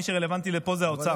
מי שרלוונטי לפה הוא האוצר.